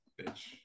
bitch